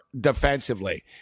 defensively